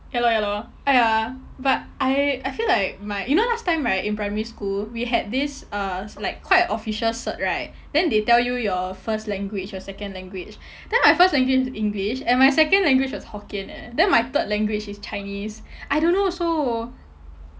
ya lor ya lor !aiya! but I I feel like my you know last time right in primary school we had this uh like quite official cert right then they tell you your first language your second language then my first language is english and my second language was hokkien eh then my third language is chinese I don't know also